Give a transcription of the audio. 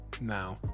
Now